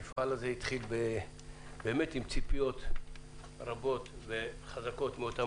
המפעל הזה התחיל עם ציפיות רבות וחזקות מאותם